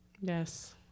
Yes